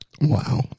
Wow